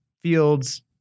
fields